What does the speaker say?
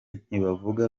ntibavuga